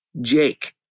Jake